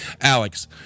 alex